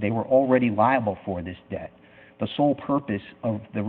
they were already liable for this debt the sole purpose of the